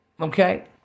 Okay